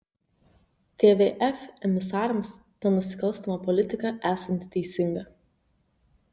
tvf emisarams ta nusikalstama politika esanti teisinga